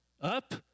up